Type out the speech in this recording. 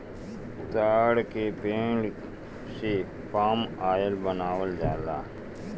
ताड़ के पेड़ से पाम आयल बनावल जाला